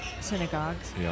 synagogues